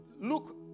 look